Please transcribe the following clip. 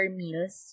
meals